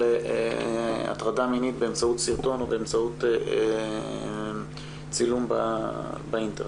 הטרדה מינית באמצעות סרטון או באמצעות צילום באינטרנט.